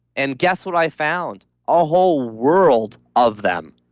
and guess what i found? a whole world of them.